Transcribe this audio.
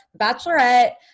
Bachelorette